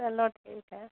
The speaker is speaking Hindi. चलो ठीक है